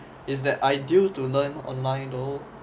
is that it's that ideal to learn online though